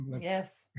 Yes